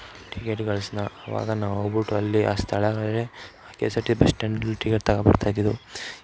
ಟಿಕೆಟುಗಳನ್ನ ಅವಾಗ ನಾವು ಹೋಗ್ಬಿಟ್ಟು ಅಲ್ಲಿ ಆ ಸ್ಥಳಗಳನ್ನೇ K S R T bus ಸ್ಟ್ಯಾಂಡಲ್ಲಿ ಟಿಕೆಟ್ ತಗೊ ಬರ್ತಾಯಿದ್ದಿದ್ದು